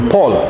Paul